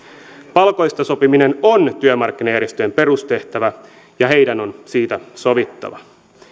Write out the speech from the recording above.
palkoista sopiminen on työmarkkinajärjestöjen perustehtävä ja heidän on siitä sovittava